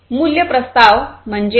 मूल्य प्रस्ताव म्हणजे काय